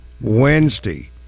Wednesday